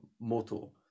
moto